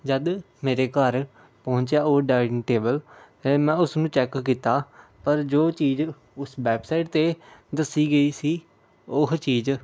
ਜਦ ਮੇਰੇ ਘਰ ਪਹੁੰਚਿਆ ਉਹ ਡਾਇਨਿੰਗ ਟੇਬਲ ਫਿਰ ਮੈਂ ਉਸਨੂੰ ਚੈੱਕ ਕੀਤਾ ਪਰ ਜੋ ਚੀਜ਼ ਉਸ ਵੈੱਬਸਾਈਟ 'ਤੇ ਦੱਸੀ ਗਈ ਸੀ ਉਹ ਚੀਜ਼